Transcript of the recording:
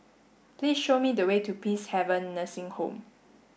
please show me the way to Peacehaven Nursing Home